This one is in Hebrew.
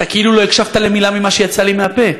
אתה כאילו לא הקשבת למילה ממה שיצא לי מהפה.